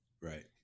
right